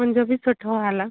मुंहिंजो बि सुठो हाल आहे